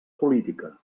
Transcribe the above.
política